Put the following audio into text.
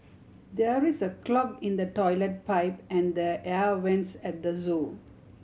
there is a clog in the toilet pipe and the air vents at the zoo